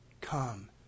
come